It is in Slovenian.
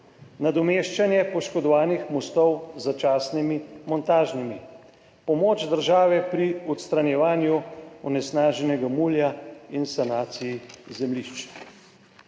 nadomeščanje poškodovanih mostov z začasnimi montažnimi, pomoč države pri odstranjevanju onesnaženega mulja in sanaciji zemljišč.